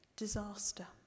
disaster